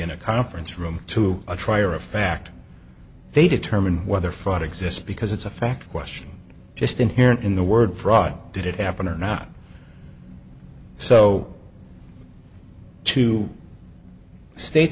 in a conference room to a trial of fact they determine whether fraud exists because it's a fact question just inherent in the word fraud did it happen or not so to state